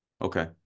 Okay